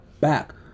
back